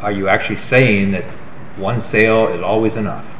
are you actually saying that once they are always enough